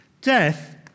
Death